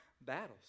battles